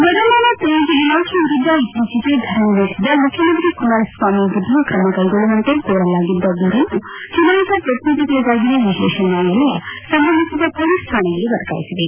ವರಮಾನ ತೆರಿಗೆ ಇಲಾಖೆ ವಿರುದ್ದ ಇತ್ತೀಚೆಗೆ ಧರಣ ನಡೆಸಿದ ಮುಖ್ಯಮಂತ್ರಿ ಕುಮಾರಸ್ವಾಮಿ ವಿರುದ್ದ ಕ್ರಮ ಕೈಗೊಳ್ಳುವಂತೆ ಕೋರಲಾಗಿದ್ದ ದೂರನ್ನು ಚುನಾಯಿತ ಪ್ರತಿನಿಧಿಗಳಿಗಾಗಿನ ವಿಶೇಷ ನ್ಯಾಯಾಲಯ ಸಂಬಂಧಿಸಿದ ಮೊಲೀಸ್ ಠಾಣೆಗೆ ವರ್ಗಾಹಿಸಿದೆ